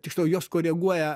tiksliau juos koreguoja